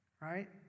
right